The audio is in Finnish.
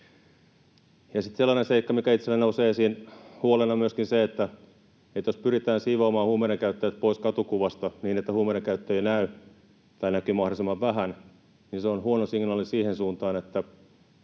sellainen seikka, mikä itsellä nousee esiin huolena, on myöskin se, että jos pyritään siivoamaan huumeidenkäyttäjät pois katukuvasta niin, että huumeidenkäyttäjiä ei näy tai näkyy mahdollisimman vähän, niin se on huono signaali siihen suuntaan,